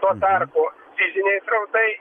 tuo tarpu fiziniai srautai